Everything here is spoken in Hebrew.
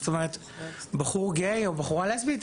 זאת אומרת בחור גיי או בחורה לסבית,